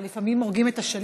אבל לפעמים הורגים את השליח,